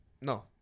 No